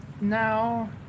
now